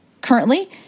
Currently